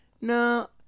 no